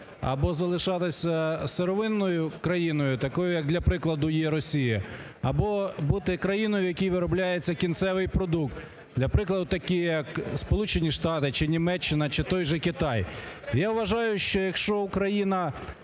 або залишатися сировинною країною, такою як, для прикладу, є Росія, або бути країною, в якій виробляється кінцевий продукт. Для прикладу, такі як Сполучені Штати чи Німеччина, чи той же Китай. Я вважаю, що якщо Україна